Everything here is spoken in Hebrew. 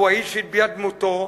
הוא האיש שהטביע את דמותו,